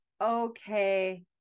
okay